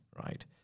right